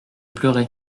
pleuré